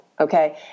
Okay